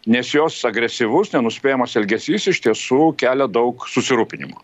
nes jos agresyvus nenuspėjamas elgesys iš tiesų kelia daug susirūpinimo